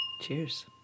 Cheers